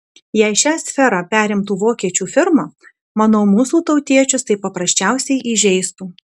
jei šią sferą perimtų vokiečių firma manau mūsų tautiečius tai paprasčiausiai įžeistų